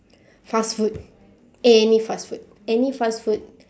fast food any fast food any fast food